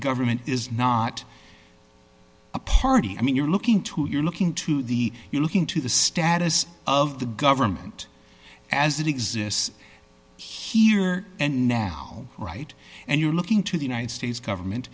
government is not party i mean you're looking to you're looking to the you're looking to the status of the government as it exists here and now right and you're looking to the united states government